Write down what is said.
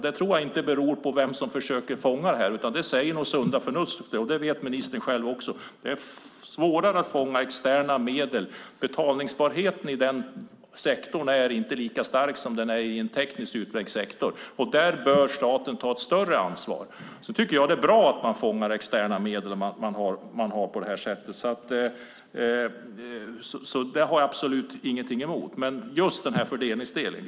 Det tror jag inte beror på vem som försöker fånga de externa medlen utan det säger nog sunda förnuftet. Det vet ministern själv också. Det är svårare att fånga externa medel i den sektorn eftersom betalningsförmågan inte är lika stark där som den är i en tekniskt utvecklad sektor. Där bör staten ta ett större ansvar. Jag tycker att det är bra att man fångar externa medel på det här sättet. Det har jag absolut ingenting emot, men det har jag när det gäller just fördelningsdelen.